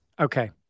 Okay